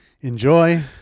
enjoy